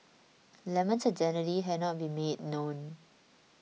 lemon's identity has not been made known